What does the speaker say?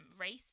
race